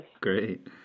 great